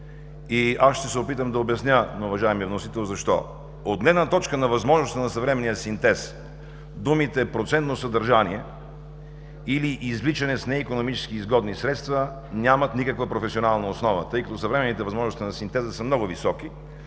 и аз ще се опитам да обясня на уважаемия вносител – защо. От гледна точка на възможност на съвременния синтез думите „процентно съдържание“ или „извличане с неикономически изгодни средства“ нямат никаква професионална основа, тъй като съвременните възможности на синтеза са много високи